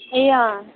ए अँ